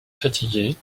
fatigué